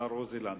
השר עוזי לנדאו,